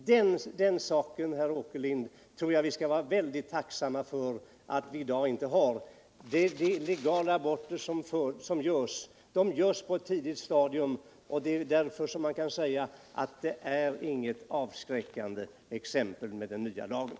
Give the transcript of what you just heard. Det förhållandet, herr Åkerlind, skall vi vara väldigt tacksamma för att vi i dag inte har. De legala aborterna görs på ett tidigt stadium, och därför är det inget avskräckande exempel när det gäller den nya lagen.